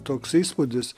toks įspūdis